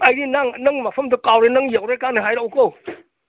ꯑꯩꯗꯤ ꯅꯪ ꯅꯪ ꯃꯐꯝꯗꯣ ꯀꯥꯎꯔꯦ ꯅꯪ ꯌꯧꯔꯦꯀꯥꯟꯗ ꯍꯥꯏꯔꯛꯎꯀꯣ